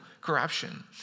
corruption